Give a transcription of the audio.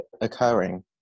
occurring